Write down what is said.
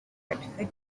hartford